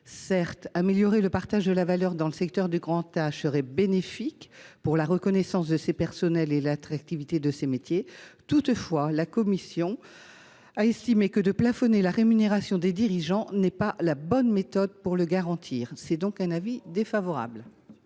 Certes, améliorer le partage de la valeur dans le secteur du grand âge serait bénéfique pour la reconnaissance de ces personnels et l’attractivité de ces métiers. Toutefois, la commission a estimé que le plafonnement de la rémunération des dirigeants n’était pas la bonne méthode pour le garantir. L’avis est défavorable.